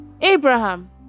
Abraham